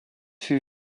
fut